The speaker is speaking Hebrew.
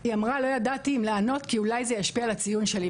היא אמרה "לא ידעתי אם לענות כי אולי זה ישפיע על הציון שלי".